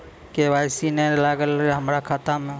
KYC ने न लागल या हमरा खाता मैं?